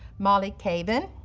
molly cavan,